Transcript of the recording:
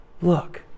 Look